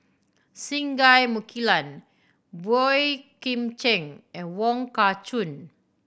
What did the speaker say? Singai Mukilan Boey Kim Cheng and Wong Kah Chun